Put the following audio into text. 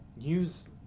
use